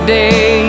day